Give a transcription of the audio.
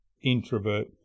introvert